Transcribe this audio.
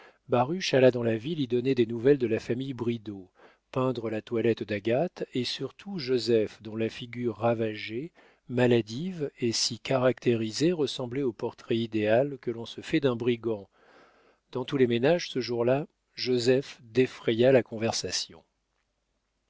alla dans la ville y donner des nouvelles de la famille bridau peindre la toilette d'agathe et surtout joseph dont la figure ravagée maladive et si caractérisée ressemblait au portrait idéal que l'on se fait d'un brigand dans tous les ménages ce jour-là joseph défraya la conversation